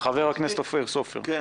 חבר הכנסת אופיר סופר, בבקשה.